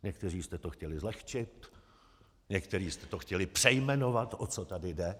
Někteří jste to chtěli zlehčit, někteří jste to chtěli přejmenovat, o co tady jde.